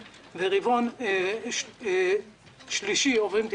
ברבעון שני עוברים מעט עודפים,